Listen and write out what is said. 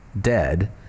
dead